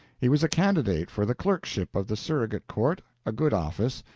he was a candidate for the clerkship of the surrogate court, a good office,